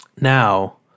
Now